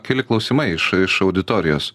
keli klausimai iš iš auditorijos